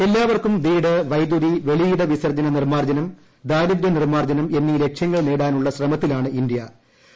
എല്ലാവർക്കും വീട് വൈദ്യുതി വെളിയിട വിസർജ്ജന നിർമ്മാർജ്ജനം ദാരിദ്ര്യ നിർമ്മാർജ്ജനം എന്നീ ലക്ഷൃങ്ങൾ നേടാനുളള ശ്രമത്തിലാണ് ഇന്തൃ